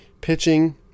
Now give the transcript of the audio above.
Pitching